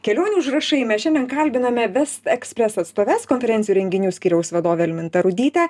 kelionių užrašai mes šiandien kalbinome vest ekspres atstoves konferencijų ir renginių skyriaus vadovę almintą rudytę